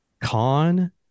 con